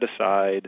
aside